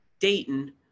Dayton